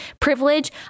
privilege